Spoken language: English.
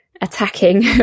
attacking